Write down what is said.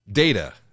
Data